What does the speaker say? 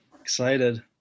excited